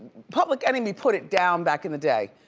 public enemy put it down back in the day.